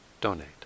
donate